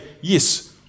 yes